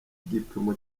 igipimo